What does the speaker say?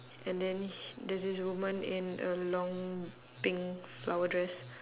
and then there's this woman in a long pink flower dress